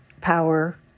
power